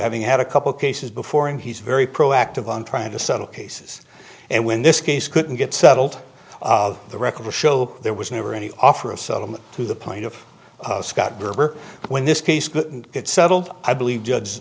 having had a couple cases before him he's very proactive on trying to settle cases and when this case couldn't get settled the records show there was never any offer of settlement to the plaintiff scott gerber when this case gets settled i believe judge